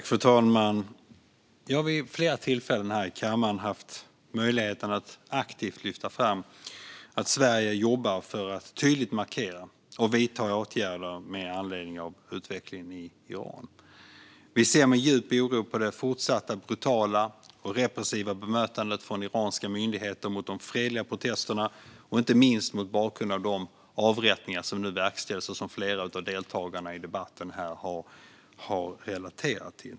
Fru talman! Jag har vid flera tillfällen här i kammaren haft möjligheten att aktivt lyfta fram att Sverige jobbar för att tydligt markera och vidta åtgärder med anledning av utvecklingen i Iran. Vi ser med djup oro på det fortsatta brutala och repressiva bemötandet från iranska myndigheter mot de fredliga protesterna, inte minst mot bakgrund av de avrättningar som nu verkställs och som flera av deltagarna i debatten här har relaterat till.